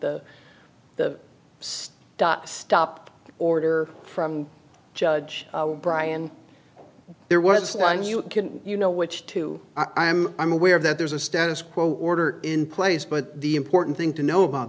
the stop stop order from judge brian there was a time you can you know which two i am i'm aware of that there's a status quo order in place but the important thing to know about